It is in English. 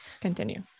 Continue